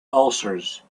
ulcers